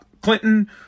Clinton